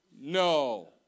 No